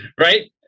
Right